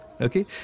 Okay